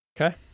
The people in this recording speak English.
okay